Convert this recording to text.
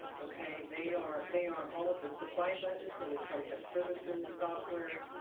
okay? they are they are all of the supply budgets, any contract services, software,